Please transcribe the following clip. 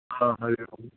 हा हरिः ओम्